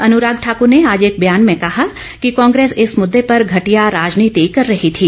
अनुराग ठाकुर ने आज एक बयान में कहा कि कांग्रेस इस मुद्दे पर घटिया राजनीति कर रही थी